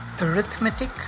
arithmetic